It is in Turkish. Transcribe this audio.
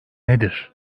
nedir